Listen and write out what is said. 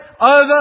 over